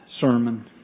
sermon